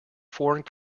foreign